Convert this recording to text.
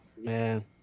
man